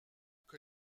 que